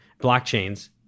blockchains